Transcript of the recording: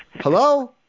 Hello